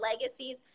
legacies